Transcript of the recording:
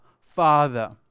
Father